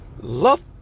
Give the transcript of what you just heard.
love